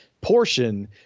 portion